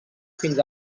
fins